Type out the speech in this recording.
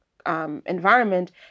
Environment